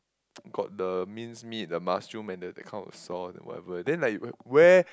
got the minced meat the mushroom and the the kind of sauce then whatever then like where where